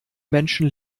menschen